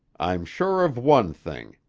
i'm sure of one thing.